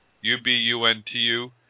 U-B-U-N-T-U